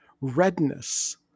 redness